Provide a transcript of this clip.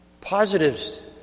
Positives